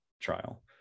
trial